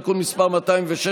תיקון מס' 216)